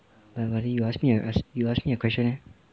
but I have nothing you ask me a you ask me a question leh